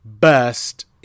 burst